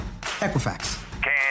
Equifax